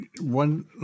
one